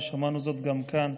ושמענו זאת גם כאן,